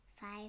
five